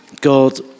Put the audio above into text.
God